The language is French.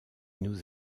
nous